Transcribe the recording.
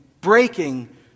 breaking